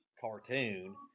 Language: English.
cartoon